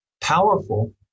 powerful